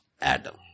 Adam